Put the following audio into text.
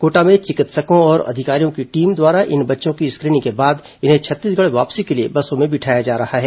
कोटा में चिकित्सकों और अधिकारियों की टीम द्वारा इन बच्चों की स्क्रीनिंग के बाद इन्हें छत्तीसगढ़ वापसी के लिए बसों में बिठाया जा रहा है